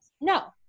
No